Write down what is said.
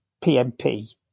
PMP